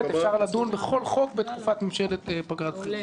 אפשר לדון בכל חוק בתקופת פגרת בחירות.